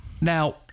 Now